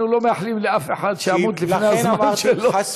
אנחנו לא מאחלים לאף אחד שימות לפני הזמן שלו.